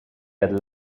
had